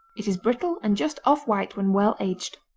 it is brittle and just off-white when well aged.